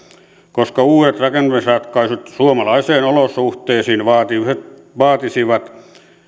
koska uudet rakentamisratkaisut suomalaisiin olosuhteisiin vaatisivat vaatisivat